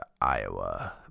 Iowa